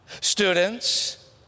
Students